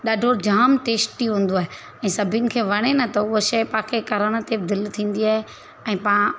ॾाढो जाम टेस्टी हूंदो आहे ऐं सभिनि खे वणे नथो हूअ शइ तव्हांखे करण ते दिलि थींदी आहे ऐं पा